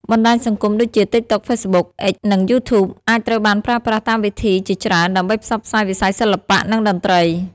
បណ្ដាញសង្គមដូចជា តិកតុក, ហ្វេសបុក, អុិច និង យូធូប អាចត្រូវបានប្រើប្រាស់តាមវិធីជាច្រើនដើម្បីផ្សព្វផ្សាយវិស័យសិល្បៈ និងតន្ត្រី។